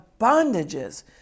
bondages